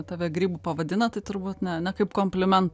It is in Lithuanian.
tave grybu pavadina tai turbūt na ne kaip komplimen